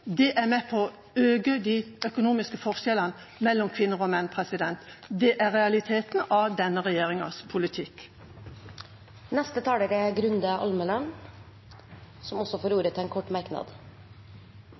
er det med på å øke de økonomiske forskjellene mellom kvinner og menn. Det er realiteten av denne regjeringas politikk. Representanten Grunde Almeland har hatt ordet to ganger tidligere og får